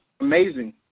amazing